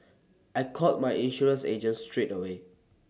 I called my insurance agent straight away